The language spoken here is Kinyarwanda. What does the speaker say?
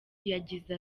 yagize